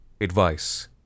advice